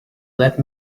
let